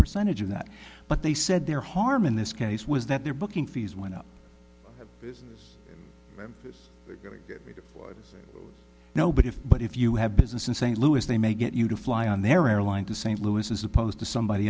percentage of that but they said they're harm in this case was that their booking fees went up you know but if but if you have business in st louis they may get you to fly on their airline to st louis is opposed to somebody